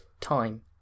time